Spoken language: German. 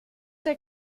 der